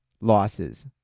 losses